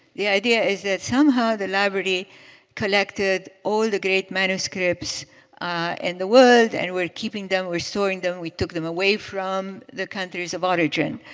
the idea is that somehow the library collected all the great manuscripts in the world and we're keeping them, we're storing them, we took them away from the countries of origin.